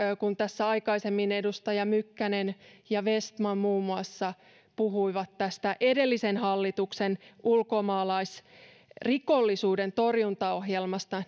kun tässä aikaisemmin edustajat mykkänen ja vestman muun muassa puhuivat tästä edellisen hallituksen ulkomaalaisrikollisuuden torjuntaohjelmasta